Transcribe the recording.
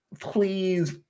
please